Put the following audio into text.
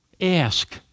ask